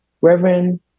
Reverend